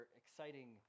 exciting